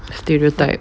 stereotype